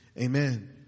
Amen